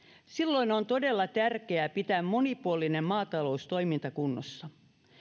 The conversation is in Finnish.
silloin on todella tärkeää pitää monipuolinen maataloustoiminta kunnossa